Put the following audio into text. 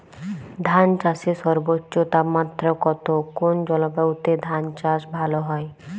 ধান চাষে সর্বোচ্চ তাপমাত্রা কত কোন জলবায়ুতে ধান চাষ ভালো হয়?